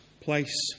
place